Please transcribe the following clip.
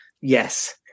yes